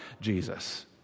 Jesus